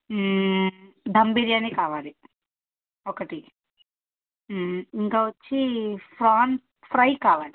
ధమ్ బిర్యానీ కావాలి ఒకటి ఇంకా వచ్చి ఫ్రాన్స్ ఫ్రై కావాలి